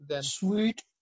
Sweet